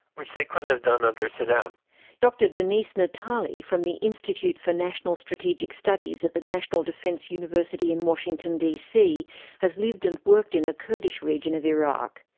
which they couldn't have done under saddam. dr denise natali from the institute for national strategic studies at the national defense university in washington dc has lived and worked in the kurdish region of iraq.